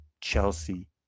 Chelsea